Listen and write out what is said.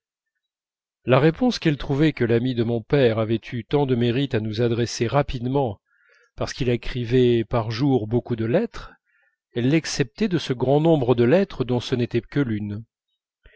la réponse qu'elle trouvait que l'ami de mon père avait eu tant de mérite à nous adresser rapidement parce qu'il écrivait par jour beaucoup de lettres elle l'exceptait de ce grand nombre de lettres dont ce n'était que l'une